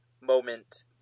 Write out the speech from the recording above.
moment